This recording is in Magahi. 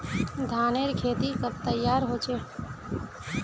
धानेर खेती कब तैयार होचे?